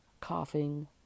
coughing